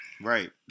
Right